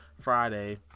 Friday